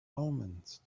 omens